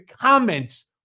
comments